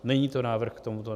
Není to návrh k tomuto.